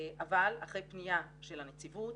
אבל אחרי פנייה של הנציבות,